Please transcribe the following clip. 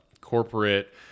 corporate